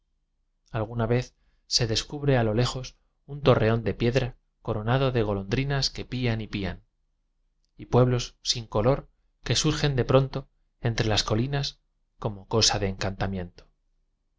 alguna vez se descubre a lo lejos un torreón de piedra coronado de go londrinas que pían y pían y pueblos sin co lor que surgen de pronto entre las colinas como cosa de encantamiento